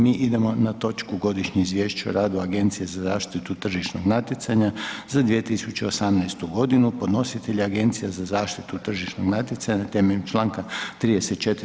Mi idemo na točku: - Godišnje izvješće o radu Agencije za zaštitu tržišnog natjecanja za 2018. godinu Podnositelj je Agencija za zaštitu tržišnog natjecanja temeljem čl. 34.